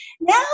Now